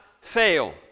fail